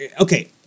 okay